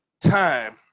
time